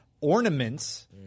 Ornaments